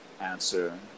answer